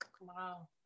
Wow